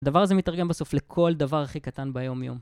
הדבר הזה מתרגם בסוף לכל דבר הכי קטן ביומיום.